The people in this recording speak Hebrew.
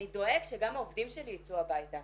אני דואג שגם העובדים שלי יצאו הביתה.